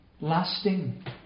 lasting